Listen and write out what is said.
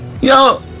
Yo